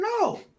No